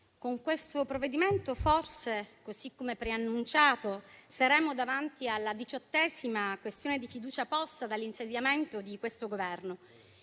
con questo provvedimento forse, così come preannunciato, saremo davanti alla diciottesima questione di fiducia posta dall'insediamento di questo Governo.